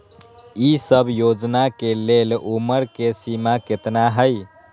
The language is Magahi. ई सब योजना के लेल उमर के सीमा केतना हई?